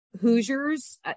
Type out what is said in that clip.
Hoosiers